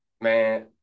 man